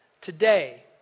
today